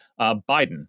Biden